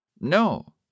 No